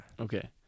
Okay